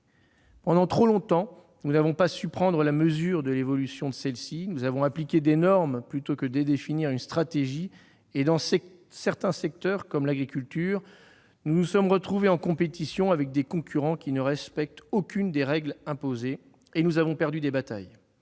Pendant trop longtemps, nous n'avons pas su prendre la mesure de l'évolution de celle-ci. Nous avons appliqué des normes plutôt que de définir une stratégie, et, dans certains secteurs, comme l'agriculture, nous nous sommes retrouvés en compétition avec des concurrents qui ne respectent aucune des règles imposées ; nous avons perdu des batailles.